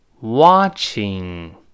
watching